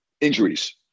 injuries